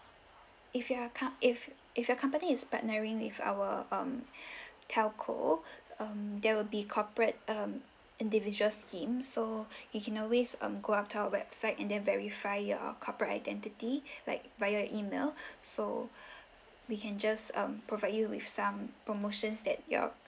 if you are com~ if if your company is partnering with our um telco um there will be corporate um individuals scheme so you can always um go after our website and then verify your corporate identity like via email so we can just um provide you with some promotions that your